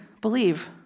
believe